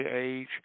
age